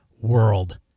world